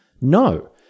no